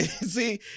See